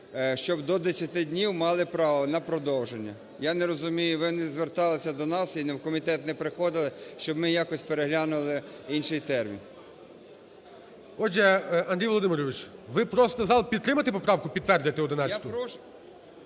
щоб до 10 днів мали право на продовження. Я не розумію. Ви не звертались до нас і в комітет не приходили, щоб ми якось переглянули інший термін. ГОЛОВУЮЧИЙ. Отже, Андрій Володимирович, ви просите зал підтримати поправку, підтвердити 11-ту?